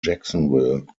jacksonville